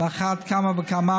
על אחת כמה וכמה